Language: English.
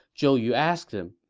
zhou yu asked him,